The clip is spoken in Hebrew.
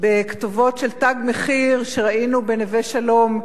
כתובות של "תג מחיר" שראינו בנווה-שלום,